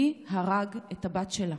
מי הרג את הבת שלה.